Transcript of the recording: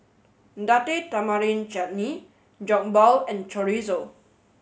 Date Tamarind Chutney Jokbal and Chorizo